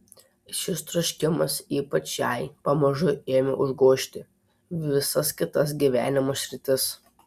šis troškimas ypač jai pamažu ėmė užgožti visas kitas gyvenimo sritis